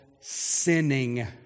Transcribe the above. sinning